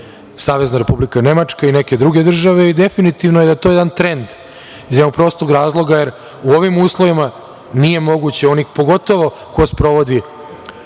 Savezna Republika Nemačka i neke druge države. Definitivno da je to jedan trend iz jednog prostog razloga, jer u ovim uslovima nije moguće, pogotovo ko sprovodi